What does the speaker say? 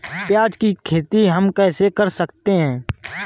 प्याज की खेती हम कैसे कर सकते हैं?